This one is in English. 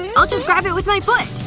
yeah i'll just grab it with my foot